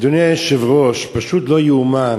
אדוני היושב-ראש, פשוט לא ייאמן